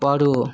వాడు